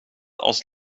als